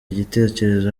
igitekerezo